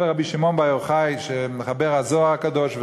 רבי שמעון בר יוחאי מחבר הזוהר הקדוש,